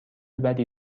بدی